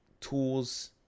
tools